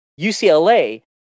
UCLA